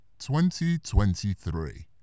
2023